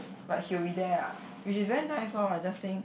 but he'll be there ah which is very nice orh I just think